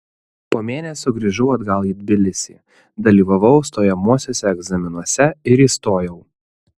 po mėnesio grįžau atgal į tbilisį dalyvavau stojamuosiuose egzaminuose ir įstojau